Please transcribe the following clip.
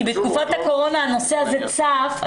כי בתקופת הקורונה הנושא הזה צף,